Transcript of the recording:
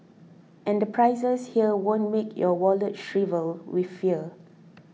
and the prices here won't make your wallet shrivel with fear